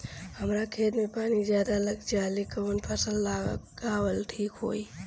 हमरा खेत में पानी ज्यादा लग जाले कवन फसल लगावल ठीक होई?